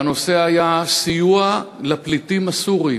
והנושא היה: סיוע לפליטים הסורים.